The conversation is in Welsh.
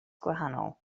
gwahanol